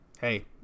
hey